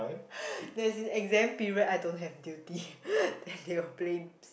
there's an exam period I don't have duty then they will play